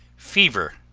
fever.